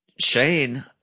Shane